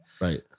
Right